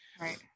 Right